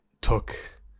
took